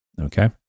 Okay